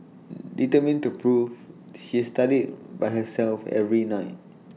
determined to improve she studied by herself every night